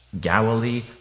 Galilee